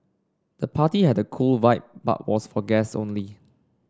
the party had a cool vibe but was for guests only